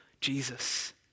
Jesus